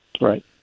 Right